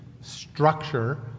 structure